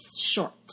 short